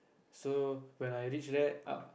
so when I reach there